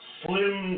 slim